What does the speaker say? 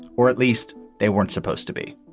or at least they weren't supposed to be